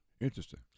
Interesting